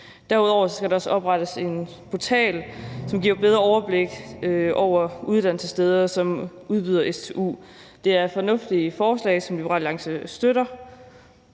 Derudover skal der også oprettes en portal, som giver bedre overblik over uddannelsessteder, som udbyder stu. Det er fornuftige forslag, som Liberal Alliance støtter.